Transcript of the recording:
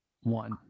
one